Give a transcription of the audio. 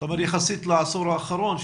אבל יחסית לעשור האחרון,